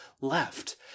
left